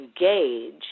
engage